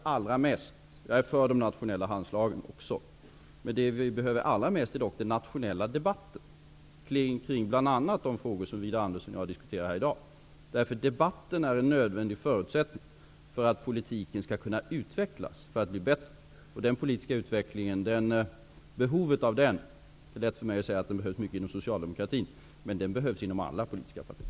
Jag är också för de nationella handslagen, men det som vi behöver allra mest är den nationella debatten om bl.a. de frågor som Widar Andersson och jag diskuterar här i dag. Debatten är en nödvändig förutsättning för att politiken skall kunna utvecklas och bli bättre. Det är lätt för mig att säga att det är stort behov av denna politiska utveckling inom socialdemokratin, men den behövs inom alla politiska partier.